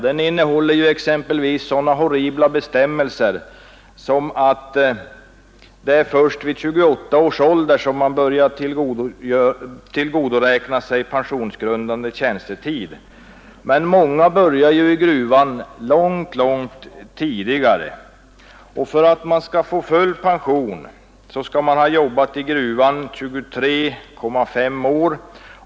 Den innehåller exempelvis sådana horribla bestämmelser som att man först vid 28 års ålder får tillgodoräkna sig pensionsgrundande tjänstetid. Många börjar ju arbeta i gruvan långt, långt tidigare. För att få full pension skall man ha jobbat i gruvan 23,5 år.